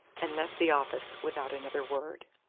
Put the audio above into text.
and left the office without another word.